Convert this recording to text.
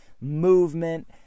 movement